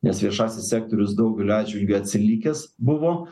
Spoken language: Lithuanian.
nes viešasis sektorius daugeliu atžvilgių atsilikęs buvo